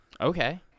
Okay